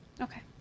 Okay